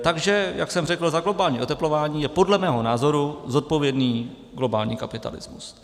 Takže jak jsem řekl, za globální oteplování je podle mého názoru zodpovědný globální kapitalismus.